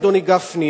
אדוני גפני,